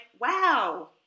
wow